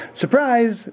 Surprise